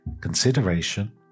Consideration